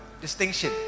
Distinction